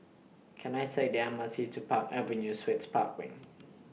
Can I Take The M R T to Park Avenue Suites Park Wing